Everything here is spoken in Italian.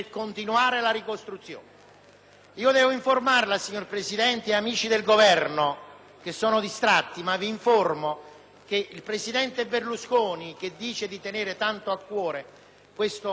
Devo informarvi, signor Presidente ed amici del Governo distratti, che il presidente Berlusconi, che dice di tenere tanto a cuore questa nostra Regione,